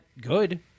good